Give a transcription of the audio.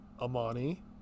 Amani